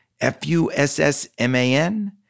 F-U-S-S-M-A-N